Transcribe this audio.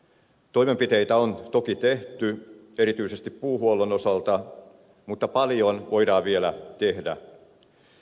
toimenpiteitä on toki tehty erityisesti puuhuollon osalta mutta paljon voidaan vielä tehdä